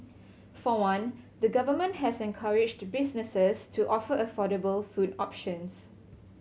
for one the Government has encouraged businesses to offer affordable food options